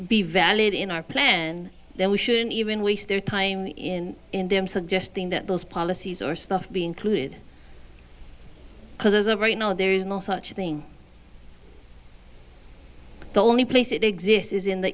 be valid in our plan then we shouldn't even waste their time in india i'm suggesting that those policies or stuff be included because there's a right no there's no such thing the only place it exists is in the